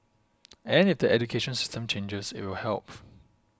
and it education system changes it will help